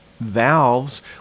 valves